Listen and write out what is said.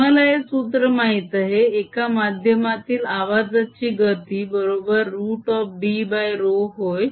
तुम्हाला हे सूत्र माहित आहे एका माध्यमातील आवाजाची गती बरोबर √Bρ होय